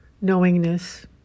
knowingness